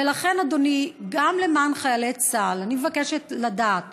ולכן, אדוני, גם למען חיילי צה"ל אני מבקשת לדעת